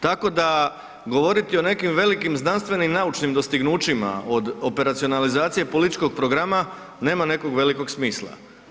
Tako da govoriti o nekim velikim znanstvenim naučnim dostignućima od operacionalizacije političkog programa nema nekog velikog smisla.